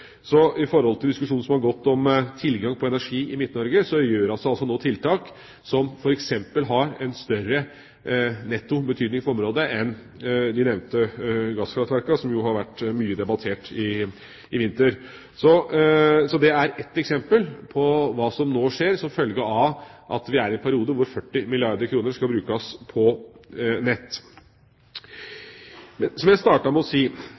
så gjøres det nå tiltak, som f.eks. har en større netto betydning for området enn de nevnte gasskraftverkene, som har vært mye debattert i vinter. Dette er ett eksempel på hva som nå skjer, som en følge av at vi er i en periode hvor 40 milliarder kr skal brukes på nett. Som jeg startet med å si: